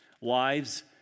Wives